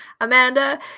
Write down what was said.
Amanda